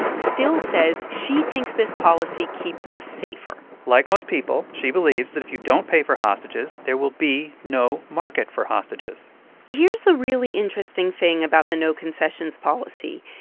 still says she thinks this policy keeps us safer like most people, she believes that if you don't pay for hostages, there will be no market for hostages here's the really interesting thing about the no-concessions policy.